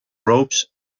ropes